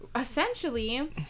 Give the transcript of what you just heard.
Essentially